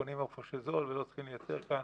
קונים איפה שזול ולא צריך לייצר כאן.